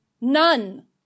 None